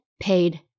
paid